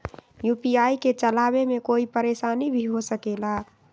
UPI के चलावे मे कोई परेशानी भी हो सकेला?